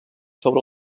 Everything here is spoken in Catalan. sobre